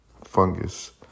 fungus